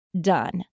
done